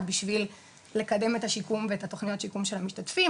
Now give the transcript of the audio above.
בשביל לקדם את השיקום ואת התכניות שיקום של המשתתפים.